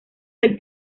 del